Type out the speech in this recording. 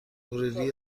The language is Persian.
ورودی